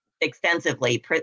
extensively